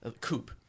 coupe